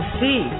see